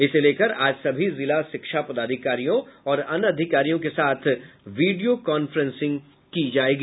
इसे लेकर आज सभी जिला शिक्षा पदाधिकारियों और अन्य अधिकारियों के साथ वीडियों कान्फ्रेंसिंग की जायेगी